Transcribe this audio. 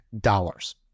dollars